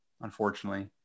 unfortunately